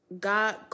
God